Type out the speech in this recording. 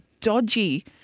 dodgy